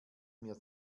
mir